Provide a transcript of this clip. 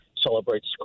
celebrates